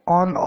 on